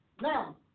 Now